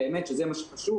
שזה מה שחשוב